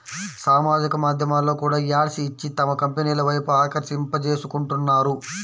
సామాజిక మాధ్యమాల్లో కూడా యాడ్స్ ఇచ్చి తమ కంపెనీల వైపు ఆకర్షింపజేసుకుంటున్నారు